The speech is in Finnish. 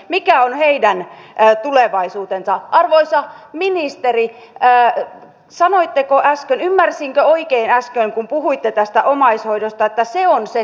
mikä on heidän tulevaisuutensa jossa ministeri kääriä sanoi teollaan ymmärsinkö oikein äsken kun puhuitte tästä omaishoidosta että se on se